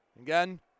Again